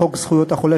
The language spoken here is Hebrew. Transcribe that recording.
לחוק זכויות החולה,